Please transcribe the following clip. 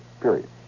period